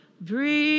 Breathe